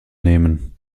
nehmen